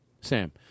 Sam